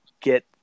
get